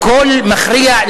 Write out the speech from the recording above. קול מכריע,